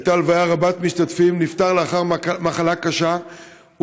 יהיה הנאום האחרון של 60 שניות,